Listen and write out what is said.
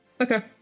Okay